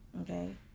Okay